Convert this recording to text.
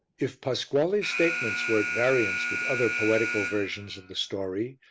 if pasquale's statements were at variance with other poetical versions of the story,